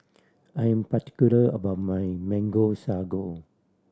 I am particular about my Mango Sago